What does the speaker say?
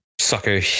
sucker